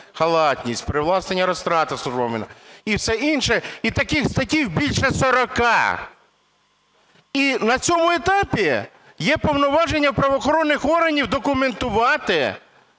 халатність, привласнення розтрат і все інше, і таких статей більше 40, і на цьому етапі є повноваження в правоохоронних органів документувати